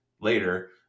later